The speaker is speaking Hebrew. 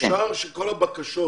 אפשר שכל הבקשות